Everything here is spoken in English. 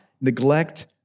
neglect